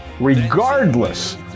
regardless